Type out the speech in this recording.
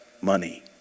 money